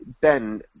Ben